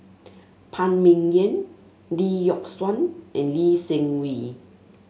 Phan Ming Yen Lee Yock Suan and Lee Seng Wee